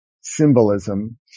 symbolism